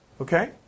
Okay